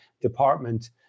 department